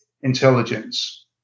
intelligence